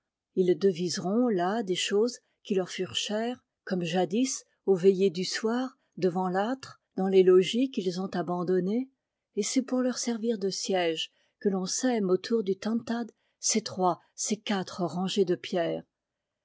ils deviseront là des choses qui leur furent chères comme jadis aux veillées du soir devant l'âtre dans les logis qu'ils ont abandonnés et c'est pour leur servir de sièges que l'on sème autour du tantad ces trois ces quatre rangées de pierres